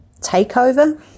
takeover